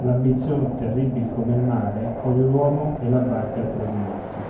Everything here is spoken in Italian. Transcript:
l'ambizïon terribil come il mare coglie l'uomo e la barca a tradimento